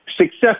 success